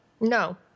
No